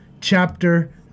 chapter